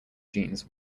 jeans